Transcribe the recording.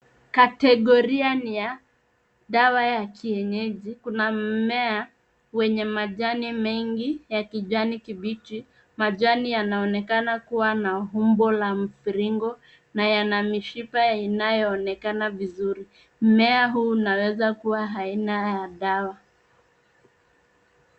Kategoria ni ya dawa ya kienyeji. Kuna mmea wenye majani mengi ya kijani kibichi. Majani yanaonekana kuwa na umbo la mviringo na yana mishipa inayoonekana vizuri. Mmea huu unawezakuwa aina ya dawa.